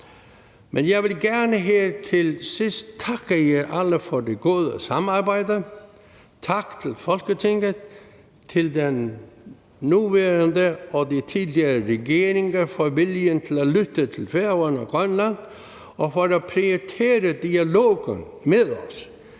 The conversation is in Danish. Men jeg vil gerne her til sidst takke jer alle for det gode samarbejde. Tak til Folketinget, til den nuværende og de tidligere regeringer for viljen til at lytte til Færøerne og Grønland og for at prioritere dialogen med os.